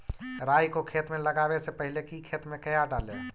राई को खेत मे लगाबे से पहले कि खेत मे क्या डाले?